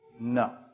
No